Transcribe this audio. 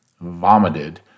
vomited